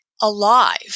Alive